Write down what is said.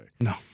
No